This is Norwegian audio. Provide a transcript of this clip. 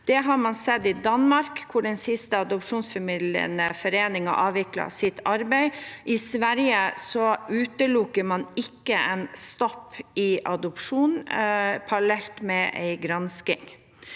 Det har man sett i Danmark, hvor den siste adopsjonsformidlende foreningen avviklet sitt arbeid. I Sverige utelukker man ikke en stopp i adopsjon parallelt med en gransking.